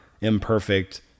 imperfect